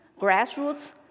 grassroots